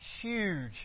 huge